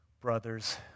brothers